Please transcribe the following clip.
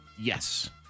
Yes